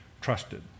trusted